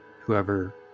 whoever